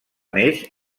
neix